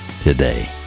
today